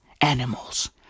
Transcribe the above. animals